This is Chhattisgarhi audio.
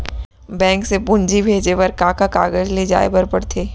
बैंक से पूंजी भेजे बर का का कागज ले जाये ल पड़थे?